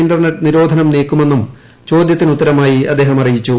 internet നിരോധനം നീക്കുമെന്നും ചോദൃത്തിനുത്തരമായ്ടി അദ്ദേഹം അറിയിച്ചു